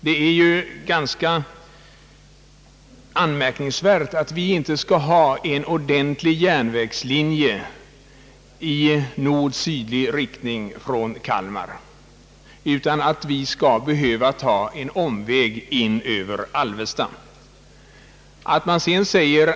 Det är ganska anmärkningsvärt, att vi inte skall ha en ordentlig järnvägslinje i nord-sydlig riktning från Kalmar utan skall behöva ta en omväg över Alvesta.